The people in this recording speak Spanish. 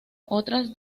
otras